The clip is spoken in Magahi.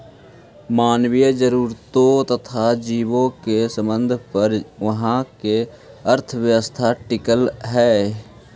मानवीय जरूरतों तथा जीवों के संबंधों पर उहाँ के अर्थव्यवस्था टिकल हई